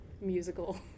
musical